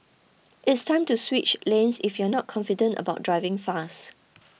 it's time to switch lanes if you're not confident about driving fast